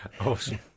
awesome